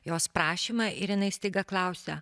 jos prašymą ir jinai staiga klausia